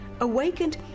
awakened